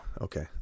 Okay